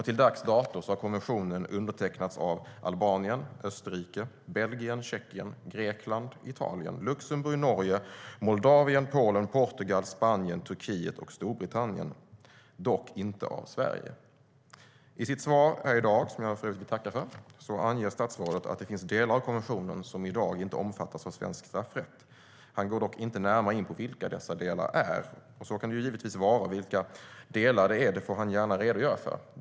Till dags dato har konventionen undertecknats av Albanien, Österrike, Belgien, Tjeckien, Grekland, Italien, Luxemburg, Norge, Moldavien, Polen, Portugal, Spanien, Turkiet och Storbritannien - dock inte av Sverige. I sitt svar här i dag, som jag för övrigt vill tacka för, anger statsrådet att det finns delar av konventionen som i dag inte omfattas av svensk straffrätt. Han går dock inte närmare in på vilka dessa delar är. Så kan det givetvis vara, och vilka delar detta är får han gärna redogöra för.